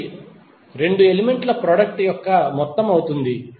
ఇది 2 ఎలిమెంట్ ల ప్రొడక్ట్ యొక్క మొత్తం అవుతుంది